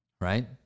right